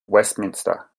westminster